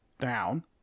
down